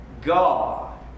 God